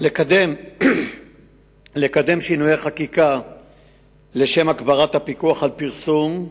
לקדם שינויי חקיקה להגברת הפיקוח על פרסום,